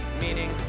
meaning